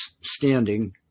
standing